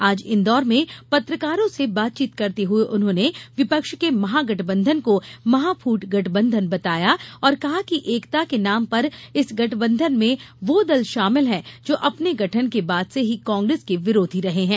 आज इंदौर में पत्रकारों से बातचीत करते हए उन्होंने विपक्ष के महागठबंधन को महाफूट गंठबंधन बताया और कहा कि एकता के नाम पर इस गठबंधन में वो दल शामिल है जो अपने गठन के बाद से ही कांग्रेस के विरोधी रहे है